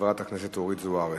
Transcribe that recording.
חברת הכנסת אורית זוארץ.